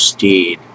Steed